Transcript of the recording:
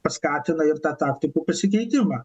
paskatina ir tą taktikų pasikeitimą